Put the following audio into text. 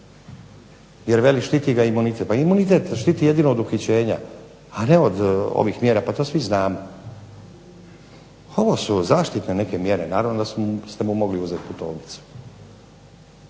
jer veli štiti ga imunitet. Pa imunitet štiti jedino od uhićenja, a ne od ovih mjera. Pa to svi znamo. Ovu su zaštitne neke mjere, naravno da ste mu mogli uzeti putovnicu.